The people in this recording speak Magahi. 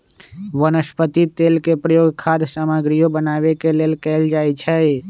वनस्पति तेल के प्रयोग खाद्य सामगरियो बनावे के लेल कैल जाई छई